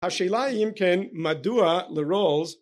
השאלה היא אם כן מדוע לרולס